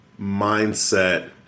mindset